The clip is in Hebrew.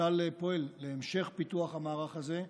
צה"ל פועל להמשך פיתוח המערך הזה,